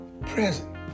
present